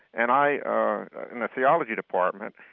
and i, in the theology department,